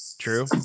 True